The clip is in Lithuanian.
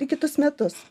į kitus metus